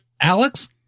alex